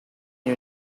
you